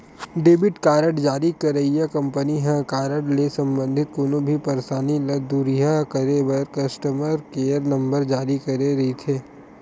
debit card जारी करइया company ह कारड ले संबंधित कोनो भी परसानी ल दुरिहा करे बर कस्टमर केयर नंबर जारी करे रहिथे